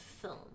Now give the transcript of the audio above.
film